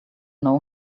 know